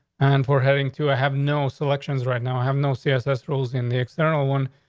and for having to ah have no selections right now have no css roles in the external one.